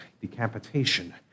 decapitation